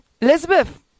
Elizabeth